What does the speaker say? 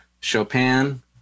Chopin